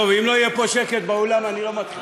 טוב, אם לא יהיה פה שקט, באולם, אני לא מתחיל.